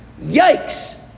yikes